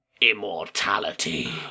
Immortality